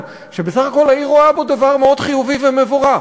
שבסך הכול העיר רואה בו דבר מאוד חיובי ומבורך.